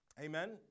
Amen